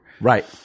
right